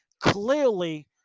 clearly